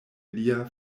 lia